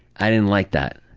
i didn't like that.